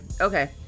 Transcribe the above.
Okay